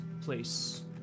place